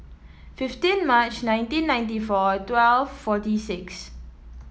fifteen March nineteen ninety four twelve forty six